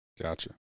Gotcha